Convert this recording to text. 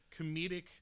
comedic